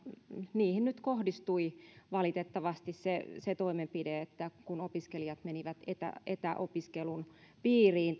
niihin nyt kohdistui valitettavasti se se toimenpide eli kun opiskelijat määrättiin etäopiskelun piiriin